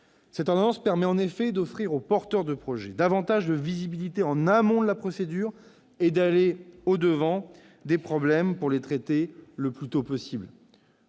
publics. Elle permet en effet d'offrir aux porteurs de projets davantage de visibilité en amont de la procédure, et d'aller au-devant des problèmes pour les traiter le plus tôt possible.